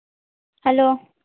hello